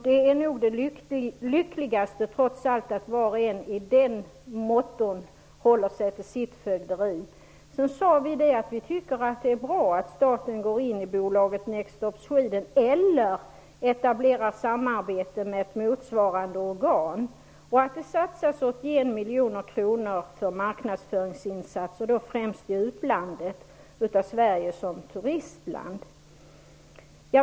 Det är nog det lyckligaste, trots allt, att var och en i så måtto håller sig till sitt fögderi. Vi sade att vi tycker att det är bra att staten går in i bolaget Next Stop Sweden eller etablerar samarbete med ett motsvarande organ och att det satsas 81 miljoner kronor för marknadsföring främst i utlandet av Sverige som turistland.